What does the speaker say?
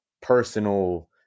personal